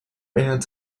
aunt